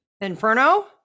Inferno